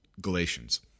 Galatians